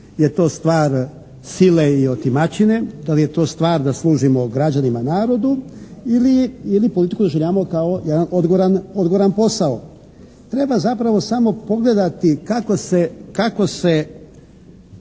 je to stvar sile i otimačine, da li je to stvar da služimo građanima, narodu ili politiku doživljavamo kao jedan odgovoran posao? Treba zapravo samo pogledati kako se